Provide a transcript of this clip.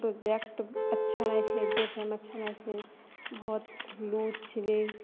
project अच्छा लागै छै देखैमे छलै बहुत लूज छलै